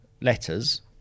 letters